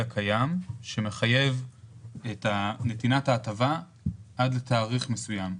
הקיים שמחייב את נתינת ההטבה עד תאריך מסוים.